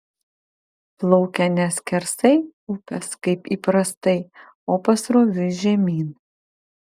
plaukia ne skersai upės kaip įprastai o pasroviui žemyn